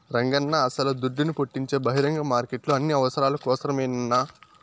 రంగన్నా అస్సల దుడ్డును పుట్టించే బహిరంగ మార్కెట్లు అన్ని అవసరాల కోసరమేనన్నా